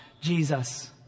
Jesus